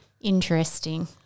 interesting